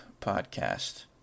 podcast